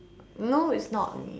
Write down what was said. no it's not me